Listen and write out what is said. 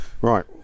right